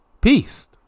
Peace